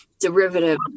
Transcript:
derivative